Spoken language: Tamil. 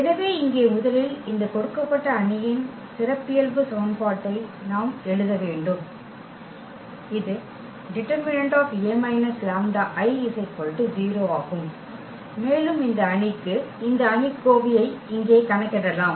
எனவே இங்கே முதலில் இந்த கொடுக்கப்பட்ட அணியின் சிறப்பியல்பு சமன்பாட்டை நாம் எழுத வேண்டும் இது det A λI 0 ஆகும் மேலும் இந்த அணிக்கு இந்த அணிக்கோவையை இங்கே கணக்கிடலாம்